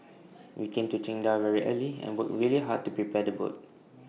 we came to Qingdao very early and worked really hard to prepare the boat